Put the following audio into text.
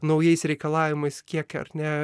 naujais reikalavimais kiek ar ne